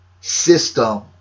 system